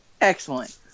Excellent